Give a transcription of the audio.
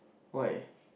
why